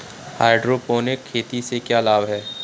Hydroponic खेती से क्या लाभ हैं?